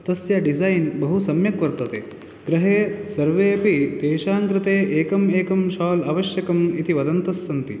तस्य डिसैन् बहु सम्यक् वर्तते गृहे सर्वेपि तेषां कृते एकम् एकं शाल् आवश्यकम् इति वदन्तस्सन्ति